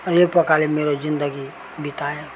यो प्रकारले मेरो जिन्दगी बिताएँ